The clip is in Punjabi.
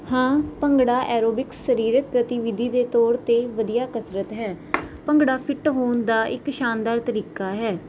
ਹਾਂ ਭੰਗੜਾ ਐਰੋਬਿਕਸ ਸਰੀਰਕ ਗਤੀਵਿਧੀ ਦੇ ਤੌਰ ਤੇ ਵਧੀਆ ਕਸਰਤ ਹੈ ਭੰਗੜਾ ਫਿੱਟ ਹੋਣ ਦਾ ਇੱਕ ਸ਼ਾਨਦਾਰ ਤਰੀਕਾ ਹੈ